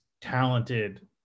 talented